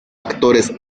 actores